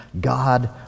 God